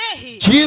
Jesus